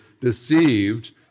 deceived